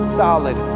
solid